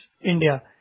India